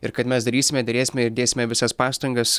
ir kad mes darysime derėsime ir dėsime visas pastangas